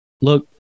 look